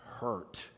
hurt